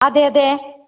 അതെ അതെ